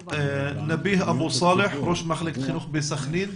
נביה אבו סאלח, ראש מחלקת חינוך בסכנין.